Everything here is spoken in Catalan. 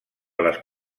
les